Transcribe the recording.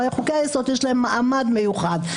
חוקי היסוד, יש להם מעמד מיוחד.